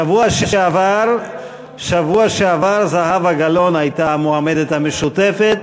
בשבוע שעבר זהבה גלאון הייתה המועמדת המשותפת,